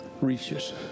reaches